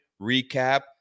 recap